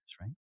right